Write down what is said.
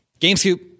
gamescoop